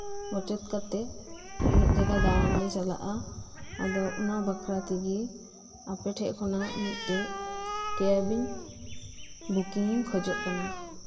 ᱜᱚᱪᱮᱫ ᱠᱟᱛᱮᱜ ᱢᱤᱫ ᱡᱟᱭᱜᱟ ᱫᱟᱲᱟᱱᱞᱮ ᱪᱟᱞᱟᱜ ᱟ ᱟᱫᱚ ᱚᱱᱟ ᱵᱟᱠᱷᱨᱟ ᱛᱮᱜᱤ ᱟᱯᱮᱴᱷᱮᱡ ᱠᱷᱚᱱᱟᱜ ᱢᱤᱫᱴᱮᱡᱜᱤ ᱠᱮᱵᱤᱧ ᱵᱩᱠᱤᱝ ᱤᱧ ᱠᱷᱚᱡᱚᱜ ᱠᱟᱱᱟ